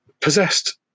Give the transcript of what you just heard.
possessed